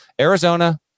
Arizona